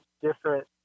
different